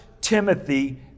Timothy